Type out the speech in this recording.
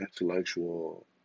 intellectual